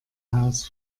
haus